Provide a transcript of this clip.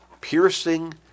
piercing